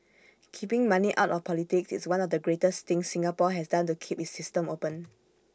keeping money out of politics is one of the greatest things Singapore has done to keep its system open